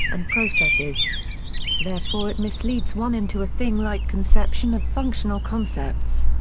and processes therefore it misleads one into a thing-like conception of functional concepts.